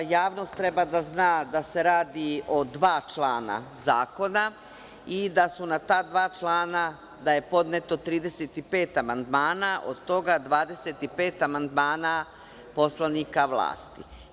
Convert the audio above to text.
Javnost treba da zna da se radi od dva člana zakona i da je na ta dva člana podneto 35 amandmana, od toga 25 amandmana poslanika vlasti.